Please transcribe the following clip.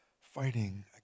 fighting